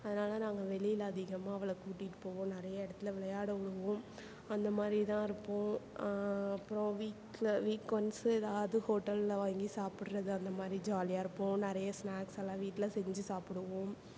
அதனால் நாங்கள் வெளியில் அதிகமாக அவளை கூட்டிட்டு போவோம் நிறைய இடத்துல விளையாட விடுவோம் அந்த மாதிரி தான் இருப்போம் அப்றம் வீக்ல வீக் ஒன்ஸு ஏதாவது ஹோட்டலில் வாங்கி சாப்பிட்றது அந்த மாதிரி ஜாலியாக இருப்போம் நிறைய ஸ்னாக்ஸ் எல்லாம் வீட்டில் செஞ்சு சாப்பிடுவோம்